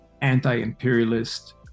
anti-imperialist